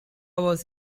was